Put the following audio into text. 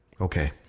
Okay